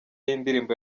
yindirimbo